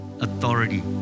authority